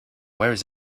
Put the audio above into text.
wears